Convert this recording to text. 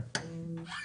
בסדר.